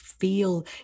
Feel